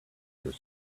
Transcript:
your